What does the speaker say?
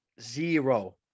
Zero